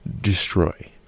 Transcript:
Destroy